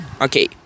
Okay